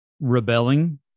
rebelling